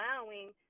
allowing